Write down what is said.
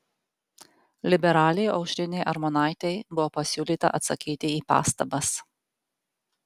liberalei aušrinei armonaitei buvo pasiūlyta atsakyti į pastabas